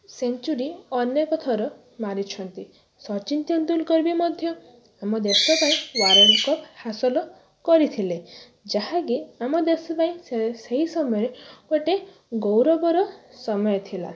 century ଅନେକ ଥର ମାରିଛନ୍ତି ସଚିନ ତେନ୍ଦୁଲକର ବି ମଧ୍ୟ ଆମ ଦେଶ ପାଇଁ ୱାର୍ଲ୍ଡ କପ୍ ହାସଲ କରିଥିଲେ ଯାହାକି ଆମ ଦେଶ ପାଇଁ ସେହି ସମୟ ଗୋଟେ ଗୌରବର ସମୟ ଥିଲା